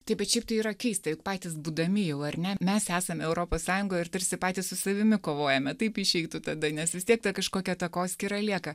taip bet šiaip tai yra keista juk patys būdami jau ar ne mes esam europos sąjungoj ir tarsi patys su savimi kovojame taip išeitų tada nes vis tiek ta kažkokia takoskyra lieka